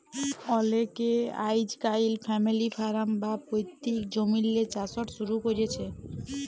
অলেকে আইজকাইল family farm বা পৈত্তিক জমিল্লে চাষট শুরু ক্যরছে